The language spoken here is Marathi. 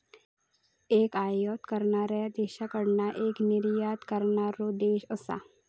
एक आयात करणाऱ्या देशाकडना एक निर्यात करणारो देश असा